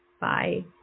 Bye